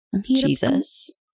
Jesus